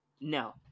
No